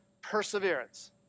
perseverance